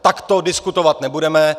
Takto diskutovat nebudeme.